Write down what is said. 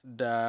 da